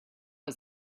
was